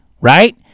right